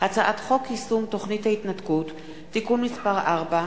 הצעת חוק יישום תוכנית ההתנתקות (תיקון מס' 4)